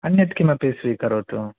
अन्यत् किमपि स्वीकरोतु